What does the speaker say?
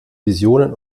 visionen